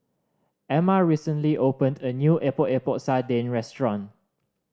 Emma recently opened a new Epok Epok Sardin restaurant